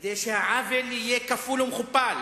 כדי שהעוול יהיה כפול ומכופל,